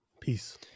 Peace